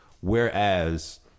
whereas